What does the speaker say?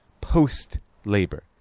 post-labor